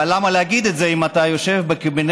אבל למה להגיד את זה אם אתה יושב בקבינט